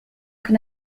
can